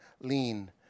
lean